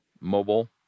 mobile